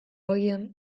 agian